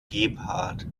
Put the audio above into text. gebhardt